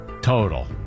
Total